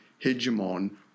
hegemon